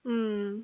mm